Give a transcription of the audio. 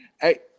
Hey